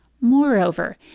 Moreover